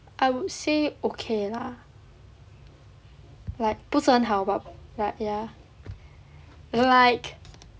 I would say okay lah like 不是很好 but like ya like